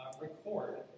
record